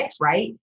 right